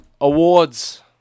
Awards